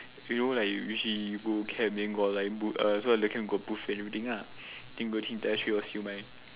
you know like if you go camp then got like bu~ err so the camp got buffet and everything lah think got entire plate of siew-mai